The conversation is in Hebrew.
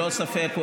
ללא ספק,